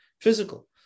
physical